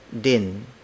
DIN